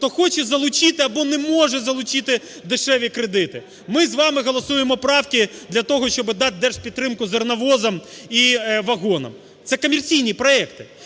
хто хоче залучити або не може залучити дешеві кредити. Ми з вами голосуємо правки для того, щоби дати держпідтримку зерновозам і вагонам. Це комерційні проекти,